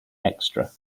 extra